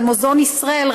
על מוזיאון ישראל,